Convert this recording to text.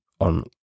on